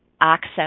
access